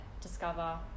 discover